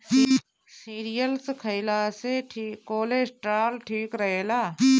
cereals खइला से cholesterol ठीक रहेला